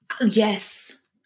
yes